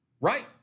Right